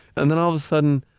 and then all of a sudden,